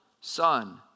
Son